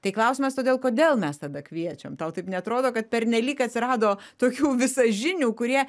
tai klausimas todėl kodėl mes tada kviečiam tau taip neatrodo kad pernelyg atsirado tokių visažinių kurie